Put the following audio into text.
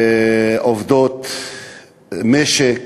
עובדות משק,